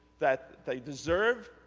that they deserve,